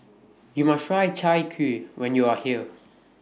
YOU must Try Chai Kuih when YOU Are here